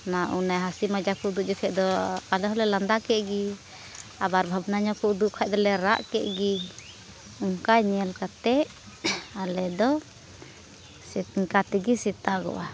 ᱚᱱᱟ ᱚᱱᱮ ᱦᱟᱹᱥᱤ ᱢᱟᱡᱟᱠ ᱠᱚ ᱩᱫᱩᱜ ᱡᱚᱠᱷᱚᱱ ᱫᱚ ᱟᱞᱮ ᱦᱚᱸᱞᱮ ᱞᱟᱸᱫᱟ ᱠᱮᱫ ᱜᱮ ᱟᱵᱟᱨ ᱵᱷᱟᱵᱽᱱᱟ ᱧᱚᱜ ᱠᱚ ᱩᱫᱩᱜ ᱠᱷᱟᱱ ᱫᱚᱞᱮ ᱨᱟᱜ ᱠᱮᱫ ᱜᱮ ᱚᱱᱠᱟ ᱧᱮᱞ ᱠᱟᱛᱮᱫ ᱟᱞᱮ ᱫᱚ ᱚᱱᱠᱟ ᱛᱮᱜᱮ ᱥᱮᱛᱟᱜᱚᱜᱼᱟ